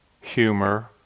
humor